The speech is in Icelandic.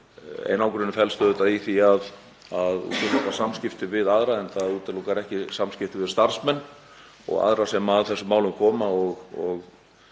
Einangrunin felst auðvitað í því að klippa á samskipti við aðra en það útilokar ekki samskipti við starfsmenn og aðra sem að þessum málum koma og